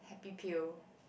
happy pill